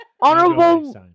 Honorable